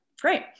great